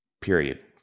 Period